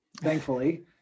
Thankfully